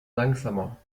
langsamer